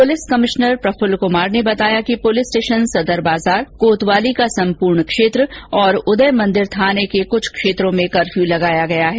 police commissioner Praful Kumar ने बताया कि पुलिस स्टेशन सदर बाजार कोतवाली का सम्पूर्ण क्षेत्र और उदय मंदिर थाने के कुछ क्षेत्रों में कर्फ्यू लगाया गया है